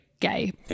gay